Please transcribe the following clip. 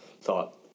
thought